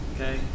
Okay